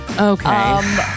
Okay